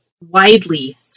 widely